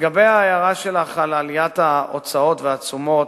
לגבי ההערה שלך על עליית ההוצאות והתשומות,